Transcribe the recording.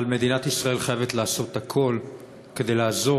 אבל מדינת ישראל חייבת לעשות הכול כדי לעזור